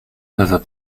peuvent